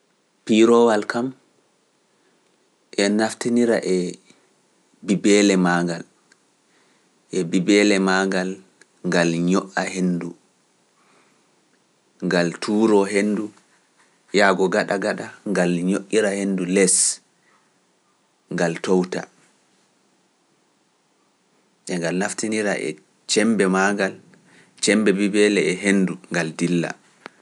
Piiroowal kam en naftinira e bibeele maa ngal, e bibeele maa ngal ngal ño’a henndu, ngal tuuroo henndu, yaago gaɗa gaɗa ngal ño’ira henndu les, ngal towta, e ngal naftinira e cembe maa ngal, cembe bibeele e henndu ngal dilla.